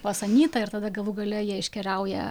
pas anytą ir tada jie galų gale iškeliauja